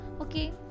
Okay